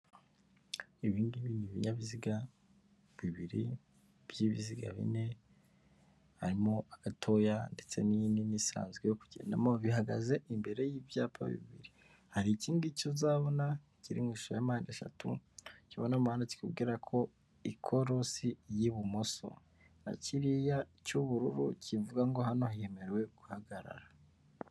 Ibingibi ni ibinyabiziga bibiri by'ibiziga bine harimo agatoya ndetse n'inini isanzwe yo kugendamo bihagaze imbere y'ibyapa bibiri hari iki ngiki uzabona kiri mu ishusho ya mpande eshatu nukibona mu muhanda kikubwira ko ikorosi ry'ibumoso na kiriya cy'ubururu kivuga ngo hano hemerewe guhagarara.